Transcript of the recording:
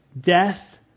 death